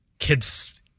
kids